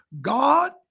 God